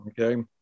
okay